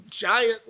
giant